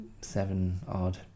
seven-odd